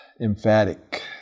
emphatic